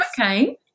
Okay